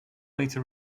later